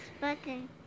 button